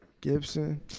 Gibson